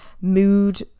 mood